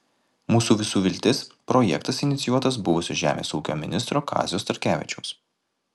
mūsų visų viltis projektas inicijuotas buvusio žemės ūkio ministro kazio starkevičiaus